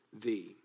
thee